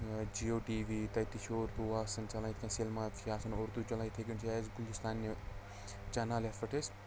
Jio TV تَتہِ تہِ چھُ اردو آسان چَلان یِتھ کَنۍ سینما تہِ چھِ آسان اُردو چَلان یِتھَے کَٹھۍ چھِ اَسہِ گُلِستان نِو چَنَل یَتھ پٮ۪ٹھ أسۍ